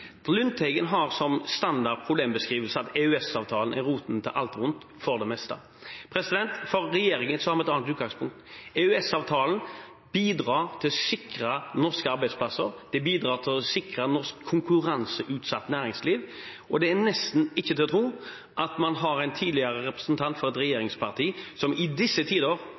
Lundteigen har som standard problembeskrivelse at EØS-avtalen er roten til alt ondt for det meste. Regjeringen har et annet utgangspunkt. EØS-avtalen bidrar til å sikre norske arbeidsplasser, den bidrar til å sikre norsk konkurranseutsatt næringsliv, og det er nesten ikke til å tro at man har en tidligere representant for et regjeringsparti som i disse tider